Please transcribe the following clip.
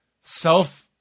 self-